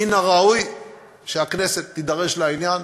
מן הראוי שהכנסת תידרש לעניין,